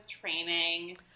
training